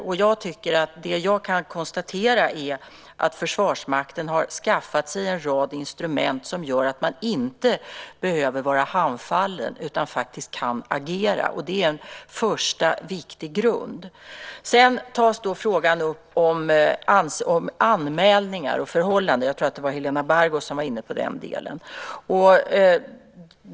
Och jag kan konstatera att Försvarsmakten har skaffat sig en rad instrument som gör att man inte behöver vara handfallen utan faktiskt kan agera, och det är en första viktig grund. Sedan tas frågan upp om anmälningar. Jag tror att det var Helena Bargholtz som var inne på den frågan.